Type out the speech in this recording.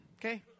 Okay